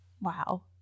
Wow